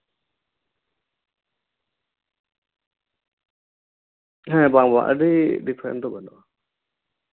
ᱦᱮᱸ ᱵᱟᱝ ᱵᱟᱝ ᱟᱹᱰᱤ ᱰᱤᱯᱷᱟᱨᱮᱱᱴ ᱫᱚ ᱵᱟᱹᱱᱩᱜᱼᱟ